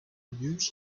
reviews